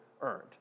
earned